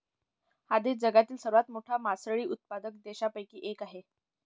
हा देश जगातील सर्वात मोठा मासळी उत्पादक देशांपैकी एक आहे